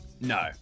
No